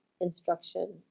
instruction